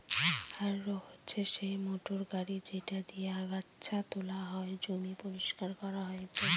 harrow হচ্ছে সেই motor গাড়ি যেটা দিয়ে আগাচ্ছা তোলা হয়, জমি পরিষ্কার করা হয় ইত্যাদি